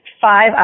five